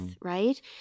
right